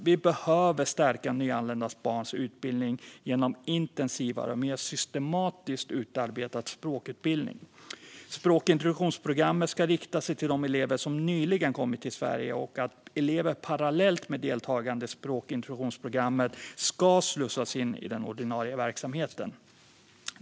Vi behöver stärka nyanlända barns utbildning genom intensivare och mer systematiskt utarbetad språkutbildning. Språkintroduktionsprogrammet ska rikta sig till de elever som nyligen kommit till Sverige. Elever ska parallellt med deltagande i språkintroduktionsprogrammet slussas in i den ordinarie verksamheten.